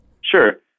Sure